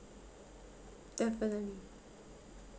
definitely